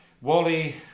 Wally